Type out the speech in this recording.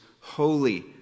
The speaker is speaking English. Holy